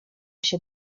się